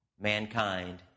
mankind